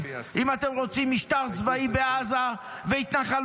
אם אתם רוצים משטר צבאי בעזה והתנחלויות,